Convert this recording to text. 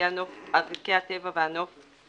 ערכי הטבע והנוף,